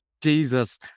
Jesus